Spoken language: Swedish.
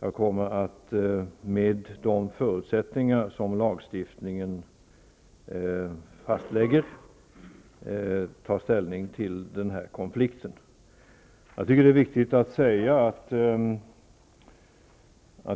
Jag kommer med de förutsättningar som lagstiftningen fastlägger att ta ställning till denna konflikt. Det är viktigt att säga att